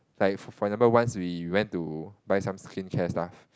like for for example once we went to buy some skincare stuff